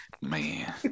Man